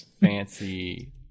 fancy